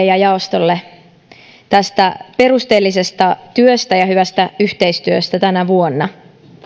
ja jaostolle tästä perusteellisesta työstä ja hyvästä yhteistyöstä tänä vuonna